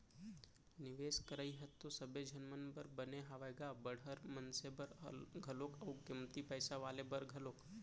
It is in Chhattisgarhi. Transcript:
निवेस करई ह तो सबे झन मन बर बने हावय गा बड़हर मनसे बर घलोक अउ कमती पइसा वाले बर घलोक